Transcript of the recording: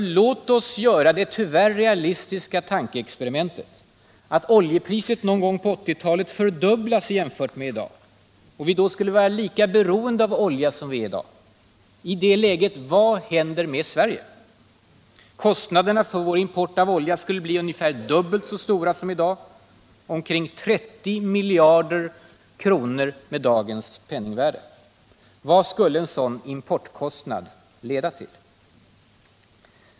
Låt oss göra det tyvärr realistiska tankeexperimentet att oljepriset någon gång under 1980-talet fördubblas jämfört med i dag och vi då skulle vara lika beroende av olja som i dag. I det läget: Vad händer med Sverige? Kostnaderna för vår import av olja skulle bli ungefär dubbelt så stora som i dag - omkring 30 miljarder kronor med dagens penningvärde. Vad skulle en sådan importkostnad leda till?